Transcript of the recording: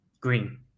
green